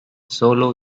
sólo